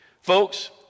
Folks